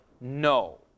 no